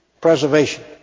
preservation